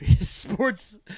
sports